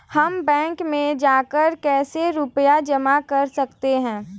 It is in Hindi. हम बैंक में जाकर कैसे रुपया जमा कर सकते हैं?